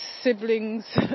siblings